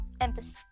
emphasis